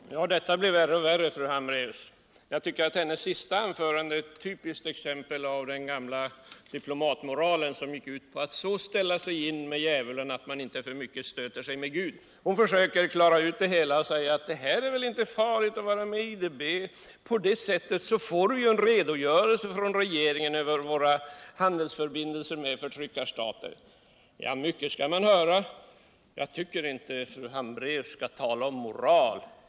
Herr talman! Detta blir värre och värre, fru Hlambraeus! Fru Hambraeus senaste anförande var ett typiskt exempel på den gamla diplomatmoralen, som gick ut på att så ställa sig in med djävulen att man inte för mycket stöter sig med Gud. Fru Hambraeus försöker klara ut det här genom att säga: Det är väl inte farligt att vara med i IDB. På det sättet får vi ju en redogörelse från regeringen om våra handelsförbindelser med förtryckarstater. Mycket skall man höra! Jag tycker inte att fru Hambraeus skall tala om moral.